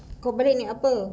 go break ni apa